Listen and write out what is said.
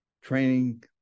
training